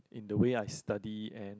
in the way I study and